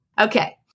Okay